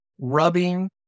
rubbing